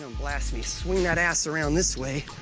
and blast me. swing that ass around this way.